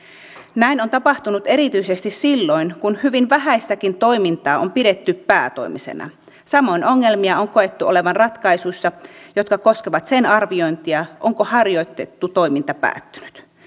näin on tapahtunut erityisesti silloin kun hyvin vähäistäkin toimintaa on pidetty päätoimisena samoin ongelmia on koettu olevan ratkaisuissa jotka koskevat sen arviointia onko harjoitettu toiminta päättynyt